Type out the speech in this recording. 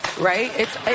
right